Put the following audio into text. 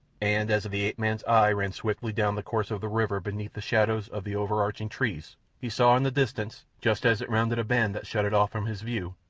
and as the ape-man's eye ran swiftly down the course of the river beneath the shadows of the overarching trees he saw in the distance, just as it rounded a bend that shut it off from his view,